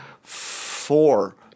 four